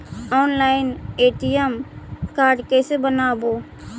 Online ATM card कैसे बनाबौ?